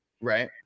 Right